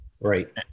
Right